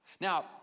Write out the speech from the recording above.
Now